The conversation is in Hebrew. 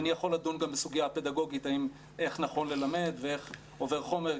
אני יכול לדון גם בסוגיה הפדגוגית איך נכון ללמד ואיך עובר חומר,